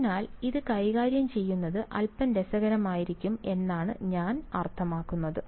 അതിനാൽ ഇത് കൈകാര്യം ചെയ്യുന്നത് അൽപ്പം രസകരമായിരിക്കും എന്നാണ് ഞാൻ അർത്ഥമാക്കുന്നത്